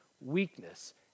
weakness